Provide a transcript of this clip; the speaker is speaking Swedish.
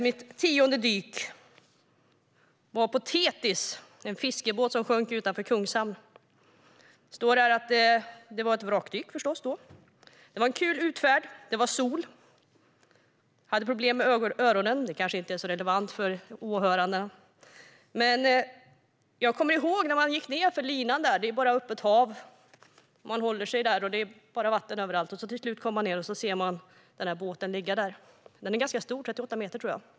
Mitt tionde dyk var på Thetis, en fiskebåt som sjönk utanför Kungshamn. I loggboken står det att det var ett vrakdyk. Det var en kul utfärd, och det var sol. Jag hade problem med öronen, men det är kanske inte är så relevant för åhörarna. Det var bara öppet hav, och jag kommer ihåg när jag gick ned för linan. Man håller sig i linan, och det är bara vatten överallt. Till sist kom man ned och såg båten som var ganska stor, 38 meter.